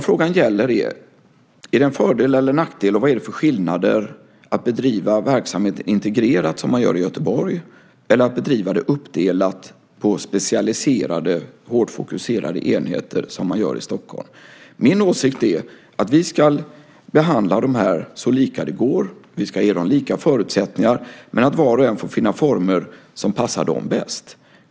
Frågan gäller om det är en fördel eller nackdel och vilka skillnader det är mellan att bedriva verksamhet integrerat som man gör i Göteborg eller att bedriva den uppdelad på specialiserade hårt fokuserade enheter som man gör i Stockholm. Min åsikt är att vi ska behandla dem så lika det går. Vi ska ge dem lika förutsättningar, men var och en får finna de former som passar bäst.